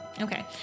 Okay